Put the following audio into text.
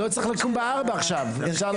לא צריך לקום עכשיו בארבע.